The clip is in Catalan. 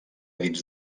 dins